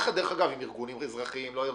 דרך אגב, יחד עם ארגונים אזרחיים או בלי.